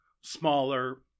smaller